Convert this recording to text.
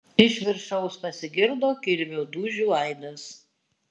iš viršaus pasigirdo kirvio dūžių aidas